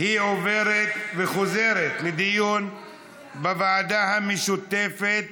והיא עוברת, וחוזרת לדיון בוועדה המשותפת